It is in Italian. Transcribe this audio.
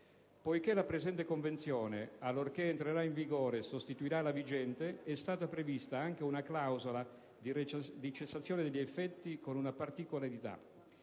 Poiché la presente Convenzione, allorché entrerà in vigore, sostituirà la vigente, è stata prevista anche una clausola di cessazione degli effetti, con una particolarità: